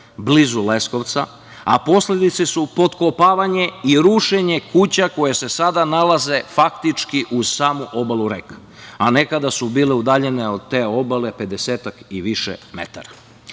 blizu Leskovca, a posledice su pokopavanje i rušenje kuća koje se sada nalaze faktički uz samu obalu reka, a nekada su bile udaljene od te obale pedesetak i više metara. Ako